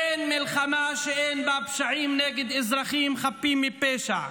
אין מלחמה שאין בה פשעים נגד אזרחים חפים מפשע,